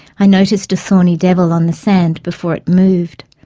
i noticed a thorny devil on the sand before it moved.